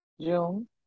June